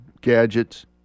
gadgets